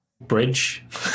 Bridge